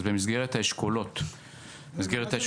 במסגרת האשכולות --- סליחה,